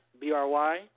B-R-Y